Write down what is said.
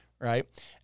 Right